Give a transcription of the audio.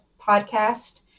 podcast